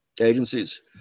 agencies